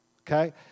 okay